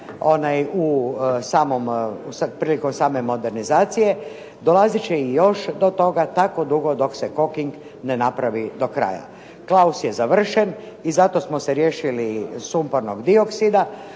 prilikom same modernizacije. Dolazit će i još do toga tako dugo dok se Koking ne napravi do kraja. Claus je završen i zato smo se riješili sumpornog dioksida